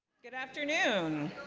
good afternoon.